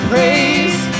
praise